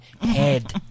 head